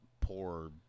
poor